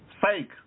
fake